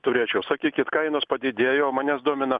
turėčiau sakykit kainos padidėjo o manęs domina